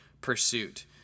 pursuit